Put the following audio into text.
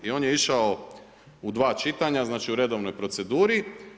I on je išao u dva čitanja znači, u redovnoj proceduri.